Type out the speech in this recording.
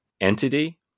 entity